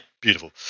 beautiful